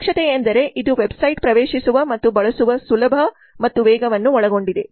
ದಕ್ಷತೆ ಎಂದರೆ ಇದು ವೆಬ್ಸೈಟ್ ಪ್ರವೇಶಿಸುವ ಮತ್ತು ಬಳಸುವ ಸುಲಭ ಮತ್ತು ವೇಗವನ್ನು ಒಳಗೊಂಡಿದೆ